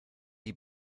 die